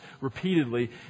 repeatedly